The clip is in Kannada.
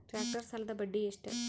ಟ್ಟ್ರ್ಯಾಕ್ಟರ್ ಸಾಲದ್ದ ಬಡ್ಡಿ ಎಷ್ಟ?